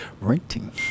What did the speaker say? renting